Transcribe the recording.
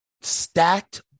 stacked